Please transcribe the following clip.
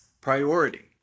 priority